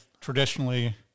traditionally